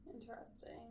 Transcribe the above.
Interesting